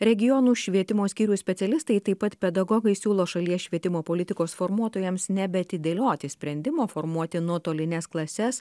regionų švietimo skyrių specialistai taip pat pedagogai siūlo šalies švietimo politikos formuotojams nebeatidėlioti sprendimo formuoti nuotolines klases